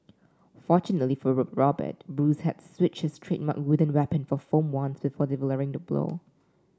fortunately for Robert Bruce had switched his trademark wooden weapon for foam ones before delivering the blow